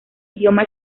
idioma